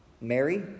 Mary